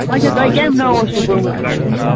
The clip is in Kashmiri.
اَچھا تۄہہِ کَمہِ ناو اوس سُہ کوٚرمُت